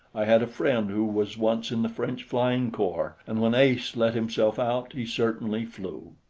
i had a friend who was once in the french flying-corps, and when ace let himself out, he certainly flew.